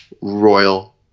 Royal